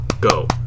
go